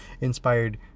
inspired